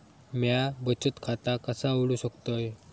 म्या बचत खाता कसा उघडू शकतय?